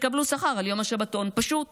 תקבלו שכר על יום השבתון, פשוט.